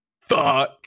fuck